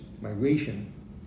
migration